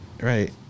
right